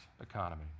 economy